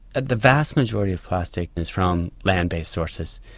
the vast majority of plastic and is from land based sources,